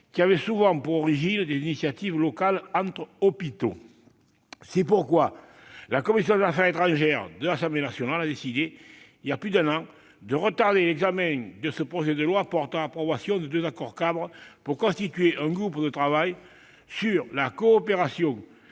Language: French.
qui avaient souvent pour origine des initiatives locales prises entre hôpitaux. C'est pourquoi la commission des affaires étrangères de l'Assemblée nationale a décidé, il y a plus d'un an, de retarder l'examen de ce projet de loi portant approbation des deux accords-cadres pour constituer un groupe de travail sur la coopération